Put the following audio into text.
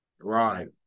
Right